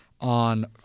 On